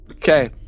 Okay